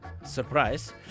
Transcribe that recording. Surprise